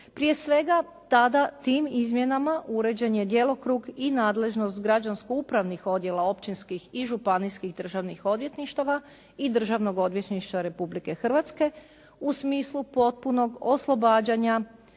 Prije svega, tada tim izmjenama uređen je djelokrug i nadležnost građansko-upravnih odjela općinskih i županijskih državnih odvjetništava i Državnog odvjetništva Republike Hrvatske u smislu potpunog oslobađanja